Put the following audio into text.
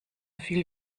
viel